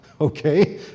Okay